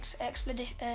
expedition